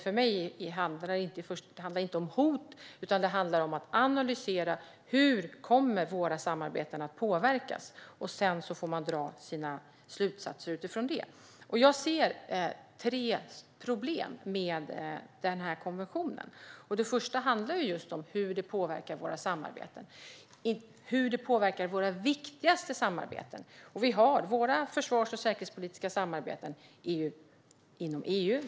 För mig handlar det inte om hot, utan det handlar om att analysera hur våra samarbeten kommer att påverkas. Sedan får man dra sina slutsatser utifrån det. Jag ser tre problem med konventionen. Det första problemet handlar om hur den påverkar våra viktigaste samarbeten. Sveriges försvars och säkerhetspolitiska samarbeten finns inom EU.